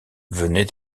venait